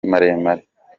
maremare